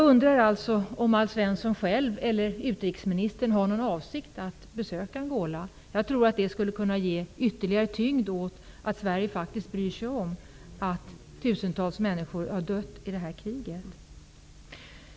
Har Alf Svensson själv eller utrikesministern för avsikt att besöka Angola? Jag tror att ett besök skulle kunna ge ytterligare tyngd åt det faktum att Sverige faktiskt bryr sig om att tusentals människor har dött i kriget där.